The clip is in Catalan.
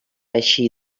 eixir